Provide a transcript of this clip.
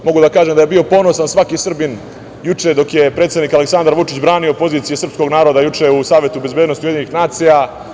Mogu da kažem da je bio ponosan svaki Srbin juče dok je predsednik Aleksandar Vučić branio pozicije srpskog naroda juče u Savetu bezbednosti Ujedinjenih nacija.